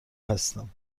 هستم